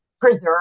preserve